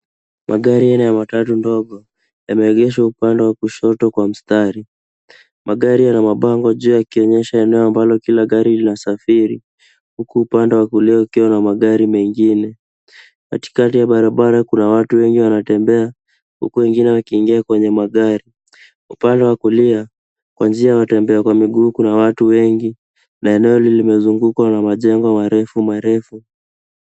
Magari aina ya matatu ndogo yameegeshwa upande wa kushoto kwa mstari. Magari yana mabango juu yakionyesha eneo ambalo kila gari linasafiri huku upande wa kulia kukiwa na magari mengine. Katikati ya barabara kuna watu wengi wanatembea huku wengine wakiingia kwenye magari. Upande wa kulia, kwa njia ya watembea kwa miguu kuna watu wengi na eneo hilo limezungukwa na majengo marefu marefu.